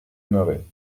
aimerait